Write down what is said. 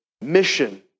mission